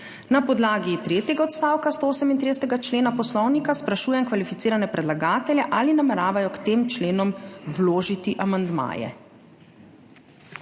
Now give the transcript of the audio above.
Na podlagi tretjega odstavka 138. člena Poslovnika sprašujem kvalificirane predlagatelje, ali nameravajo k tem členom vložiti amandmaje?